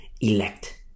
elect